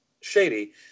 shady